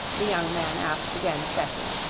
the young man asked again of bessie.